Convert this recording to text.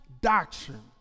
doctrine